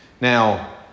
Now